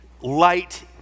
light